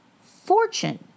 Fortune